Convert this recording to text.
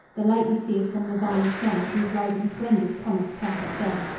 the light you see is from nirvana's sun, whose rising splendors promise perfect day.